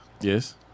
Yes